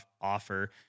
offer